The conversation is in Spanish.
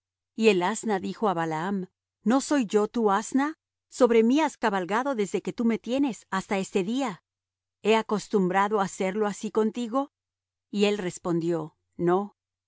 y el asna dijo á balaam no soy yo tu asna sobre mí has cabalgado desde que tú me tienes hasta este día he acostumbrado á hacerlo así contigo y él respondió no